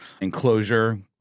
enclosure